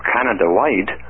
Canada-wide